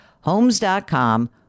Homes.com